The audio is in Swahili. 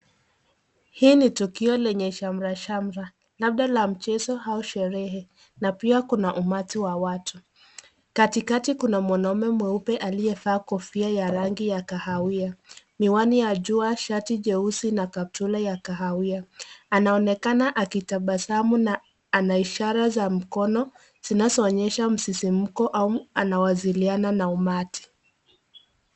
Hii ni tukio lenye shamra shamra. Labda la mchezo au sherehe, na pia kuna umati wa watu. Katikati kuna mwanaume mweupe aliyevaa kofia ya rangi ya kahawia, miwani ya jua, shati jeusi na kaptura ya kahawia. Anaonekana akitabasamu na ana ishara za mkono zinazoonyesha msisimko au anawasiliana na umati.